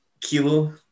kilo